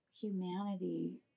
humanity